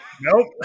Nope